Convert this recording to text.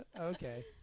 Okay